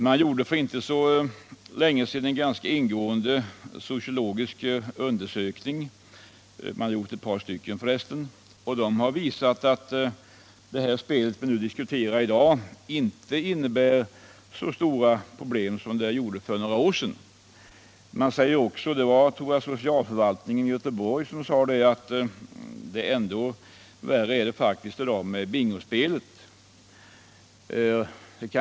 Man gjorde för inte så länge sedan en ganska ingående sociologisk undersökning — man har för resten gjort ett par stycken — som visade att det spel vi diskuterar i dag inte innebär så stora problem nu som för några år sedan. Man konstaterar också — jag tror att det var socialförvaltningen i Göteborg — att det i dag är ändå värre med bingospelet.